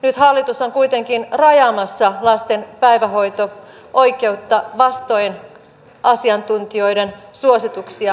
nyt hallitus on kuitenkin rajaamassa lasten päivähoito oikeutta vastoin asiantuntijoiden suosituksia